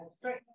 straight